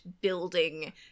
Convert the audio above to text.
building